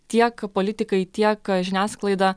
tiek politikai tiek žiniasklaida